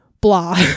blah